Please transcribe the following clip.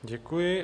Děkuji.